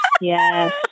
Yes